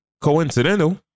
coincidental